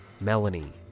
Melanie